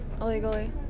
Illegally